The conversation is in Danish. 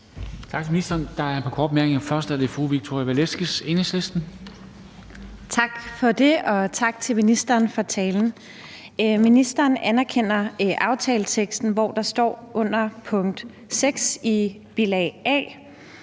Tak for det, og tak til ministeren for talen. Ministeren anerkender aftaleteksten, hvor der under punkt 6 i bilag A